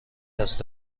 دست